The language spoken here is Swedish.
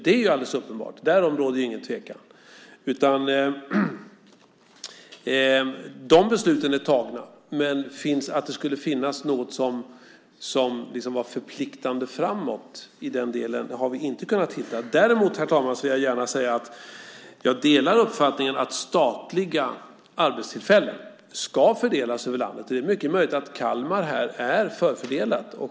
Det är alldeles uppenbart; därom råder ingen tvekan. Men vi har inte kunnat hitta något som skulle kunna vara förpliktande framåt i den delen. Herr talman! Däremot kan jag gärna säga att jag delar uppfattningen att statliga arbetstillfällen ska fördelas över landet. Det är mycket möjligt att Kalmar är förfördelat.